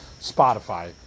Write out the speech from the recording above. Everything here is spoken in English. Spotify